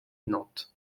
nantes